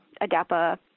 ADAPA